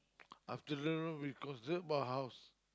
afternoon we go sleep my house